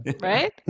right